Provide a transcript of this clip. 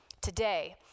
today